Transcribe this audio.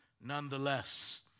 nonetheless